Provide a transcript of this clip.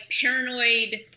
paranoid